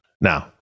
Now